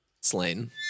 Slain